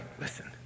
listen